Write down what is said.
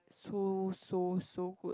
so so so good